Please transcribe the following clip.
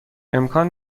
امکان